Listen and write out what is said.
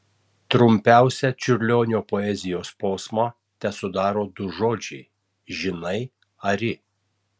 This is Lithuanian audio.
trumpiausią čiurlionio poezijos posmą tesudaro du žodžiai žinai ari